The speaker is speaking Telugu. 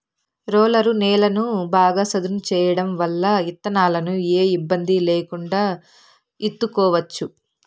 రోలరు నేలను బాగా సదును చేయడం వల్ల ఇత్తనాలను ఏ ఇబ్బంది లేకుండా ఇత్తుకోవచ్చు